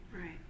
Right